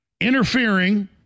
Interfering